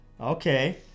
okay